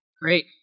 Great